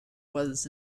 was